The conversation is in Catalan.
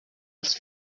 els